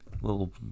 little